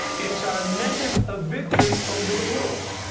it's our method of victory over the world.